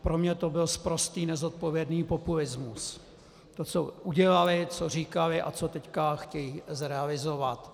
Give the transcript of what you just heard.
Pro mě to byl sprostý nezodpovědný populismus, to, co udělali, co říkali a co teď chtějí zrealizovat.